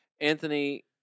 Anthony